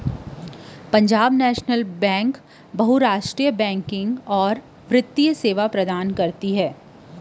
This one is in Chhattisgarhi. पंजाब नेसनल बेंक ह बहुरास्टीय बेंकिंग अउ बित्तीय सेवा देथे